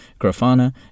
Grafana